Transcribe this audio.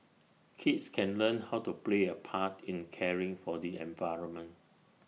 kids can learn how to play A part in caring for the environment